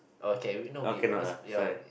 okay no we we are not sp~ ya we